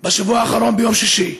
בשבוע האחרון, ביום שישי.